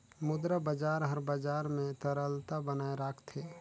मुद्रा बजार हर बजार में तरलता बनाए राखथे